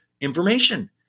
information